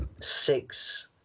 Six